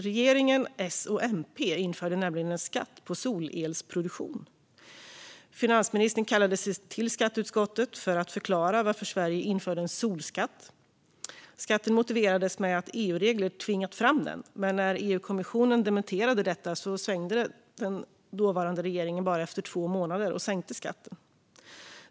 Regeringen, med S och MP, införde nämligen en skatt på solelsproduktion. Finansministern kallades till skatteutskottet för att förklara varför Sverige införde en solskatt. Skatten motiverades med att EU-regler hade tvingat fram den, men när EU-kommissionen dementerade detta svängde den dåvarande regeringen efter bara två månader och sänkte skatten.